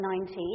19